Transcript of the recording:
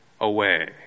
away